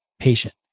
patient